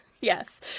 Yes